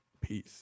peace